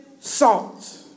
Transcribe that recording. salt